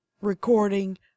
recording